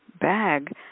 bag